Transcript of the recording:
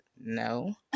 no